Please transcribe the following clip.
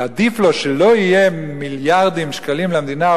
שעדיף לו שלא יהיו מיליארדים של שקלים למדינה,